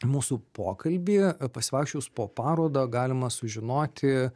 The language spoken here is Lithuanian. mūsų pokalbį pasivaikščiojus po parodą galima sužinoti